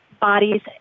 bodies